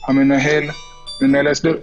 בעיקר לפירוק ופחות להסדרים.